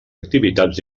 activitats